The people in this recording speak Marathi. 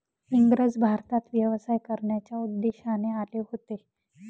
इंग्रज भारतात व्यवसाय करण्याच्या उद्देशाने आले होते